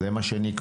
זה מה שנקבע.